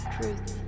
Truth